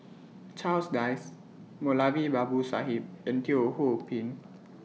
Charles Dyce Moulavi Babu Sahib and Teo Ho Pin